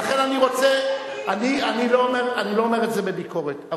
אני לא אומר את זה בביקורת,